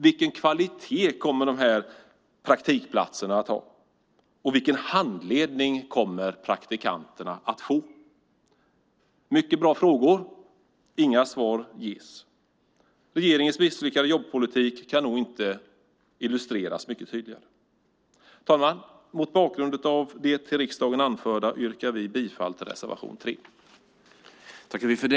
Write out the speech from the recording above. Vilken kvalitet kommer de här praktikplatserna att ha? Och vilken handledning kommer praktikanterna att få? Det är mycket bra frågor. Inga svar ges. Regeringens misslyckade jobbpolitik kan nog inte illustreras mycket tydligare. Herr talman! Mot bakgrund av det till riksdagen anförda yrkar vi bifall till reservation 3.